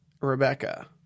Rebecca